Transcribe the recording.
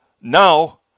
now